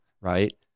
right